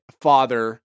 father